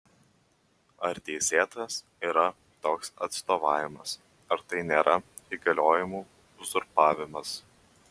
ar teisėtas yra toks atstovavimas ar tai nėra įgaliojimų uzurpavimas